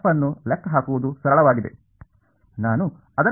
ಬೇರೆ ಮಾರ್ಗವಾಗಿದ್ದರೆ ನನಗೆ ನೀಡಲಾಗಿದ್ದರೆ ಅದು f ನ್ನು ಲೆಕ್ಕಹಾಕುವುದು ಸರಳವಾಗಿದೆ